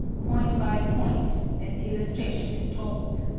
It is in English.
point by point, as the illustration is told.